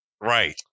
Right